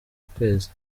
ukwezi